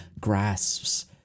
grasps